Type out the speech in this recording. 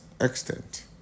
extent